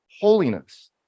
holiness